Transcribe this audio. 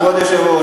כבוד היושב-ראש,